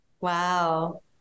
Wow